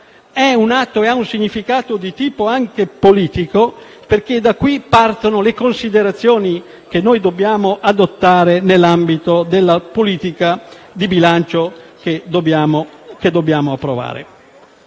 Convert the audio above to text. è un atto che ha un significato anche di tipo politico, perché da qui partono le considerazioni da adottare nell'ambito della politica di bilancio che dobbiamo approvare.